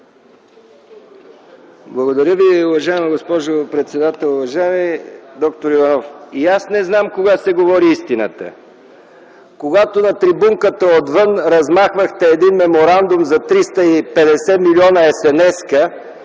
Благодаря Ви, уважаема госпожо председател. Уважаеми д-р Иванов, и аз не знам кога се говори истината? Когато на трибунката отвън размахвахте един меморандум за 350 милиона, есенеска,